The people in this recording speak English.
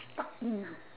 talk enough